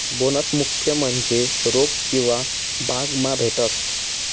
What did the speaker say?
bonus मुख्य म्हन्जे रोक किंवा भाग मा भेटस